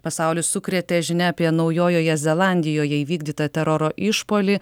pasaulį sukrėtė žinia apie naujojoje zelandijoje įvykdytą teroro išpuolį